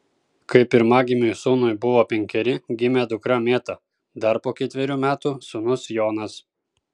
kai pirmagimiui sūnui buvo penkeri gimė dukra mėta dar po ketverių metų sūnus jonas